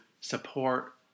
support